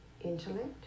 intellect